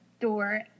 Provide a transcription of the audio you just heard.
door